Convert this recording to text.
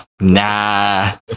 nah